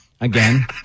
Again